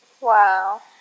Wow